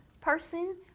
person